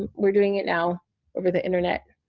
ah we're doing it now over the internet.